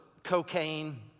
cocaine